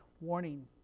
warning